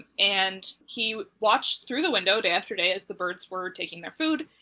and he watched through the window, day after day, as the birds were taking their food,